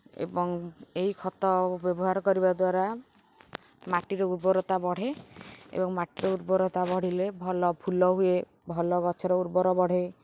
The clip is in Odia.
ଏବଂ ଏହି ଖତ ବ୍ୟବହାର କରିବା ଦ୍ୱାରା ମାଟିର ଉର୍ବରତା ବଢ଼େ ଏବଂ ମାଟିର ଉର୍ବରତା ବଢ଼ିଲେ ଭଲ ଫୁଲ ହୁଏ ଭଲ ଗଛର ଉର୍ବର ବଢ଼େ